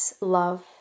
love